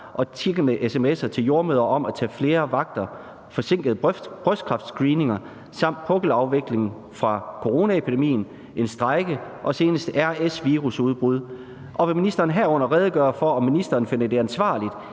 og tiggende sms’er til jordemødre om at tage flere vagter, forsinkede brystkræftscreeninger samt pukkelafviklingen fra coronapandemien, en strejke og senest RS-virusudbrud, og vil ministeren herunder redegøre for, om ministeren finder det ansvarligt